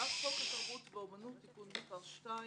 הצעת חוק התרבות והאמנות (תיקון מס' 2),